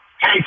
Hey